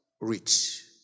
rich